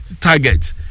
target